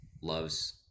loves